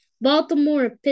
Baltimore